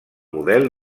model